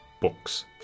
books